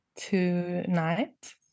Tonight